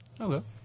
Okay